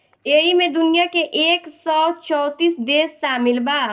ऐइमे दुनिया के एक सौ चौतीस देश सामिल बा